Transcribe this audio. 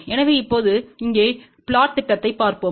எனவே இப்போது இங்கே புளொட் திட்டத்தைப் பார்ப்போம்